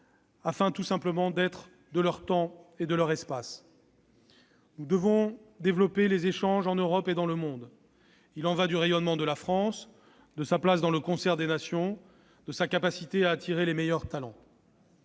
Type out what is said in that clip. afin tout simplement que ceux-ci soient de leur temps et de leur espace. Aussi, nous devons développer les échanges en Europe et dans le monde. Il y va du rayonnement de la France, de sa place dans le concert des nations, de sa capacité à attirer les meilleurs talents.